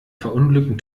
verunglücken